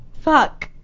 fuck